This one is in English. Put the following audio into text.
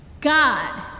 God